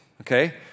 okay